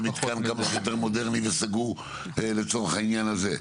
ושהמתקן יהיה מודרני וסגור לצורך העניין הזה.